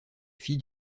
fille